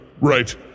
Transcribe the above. Right